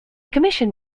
commission